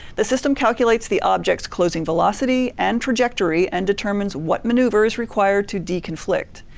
the system calculates the object's closing velocity and trajectory and determines what maneuvers required to de-conflict.